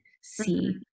see